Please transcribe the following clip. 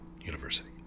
university